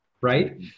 right